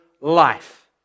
life